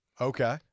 Okay